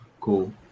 Cool